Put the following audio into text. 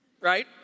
right